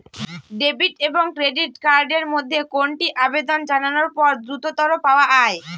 Debit এবং credit card এর মধ্যে কোনটি আবেদন জানানোর পর দ্রুততর পাওয়া য়ায়?